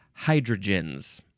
hydrogens